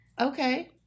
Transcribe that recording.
Okay